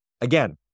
Again